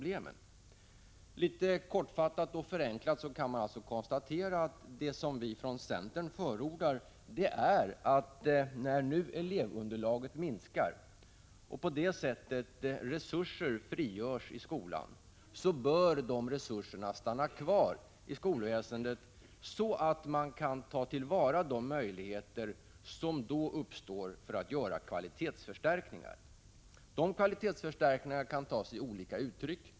Litet kortfattat och förenklat kan man konstatera att vad vi i centern förordar är att de resurser som frigörs i skolan på grund av att elevunderlaget minskar bör stanna kvar i skolväsendet, så att man kan ta till vara de möjligheter som då uppstår för att göra kvalitetsförstärkningar. Dessa kvalitetsförstärkningar kan ta sig olika uttryck.